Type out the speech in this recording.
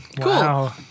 cool